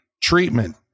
treatment